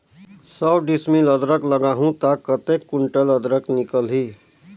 सौ डिसमिल अदरक लगाहूं ता कतेक कुंटल अदरक निकल ही?